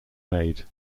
made